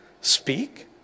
Speak